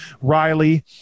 Riley –